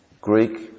Greek